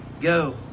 Go